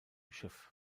schiff